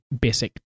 basic